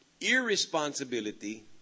irresponsibility